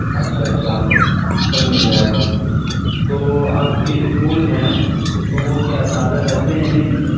اچھا اچھا سب مل جائے گا تو آپ کے جو پھول ہیں تو وہ کیا تازہ رہتے ہیں یا نہیں